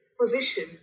position